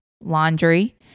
laundry